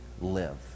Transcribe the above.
live